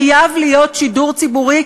חייב להיות שידור ציבורי,